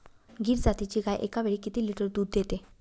गीर जातीची गाय एकावेळी किती लिटर दूध देते?